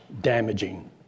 damaging